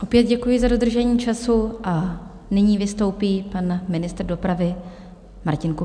Opět děkuji za dodržení času a nyní vystoupí pan ministr dopravy Martin Kupka.